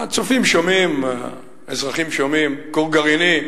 הצופים שומעים, האזרחים שומעים כור גרעיני,